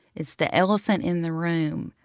it's the elephant in the room.